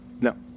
no